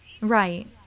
right